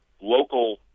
local